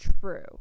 true